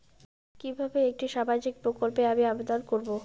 কিভাবে একটি সামাজিক প্রকল্পে আমি আবেদন করব?